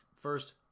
first